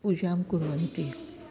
पूजां कुर्वन्ति